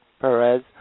Perez